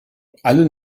alle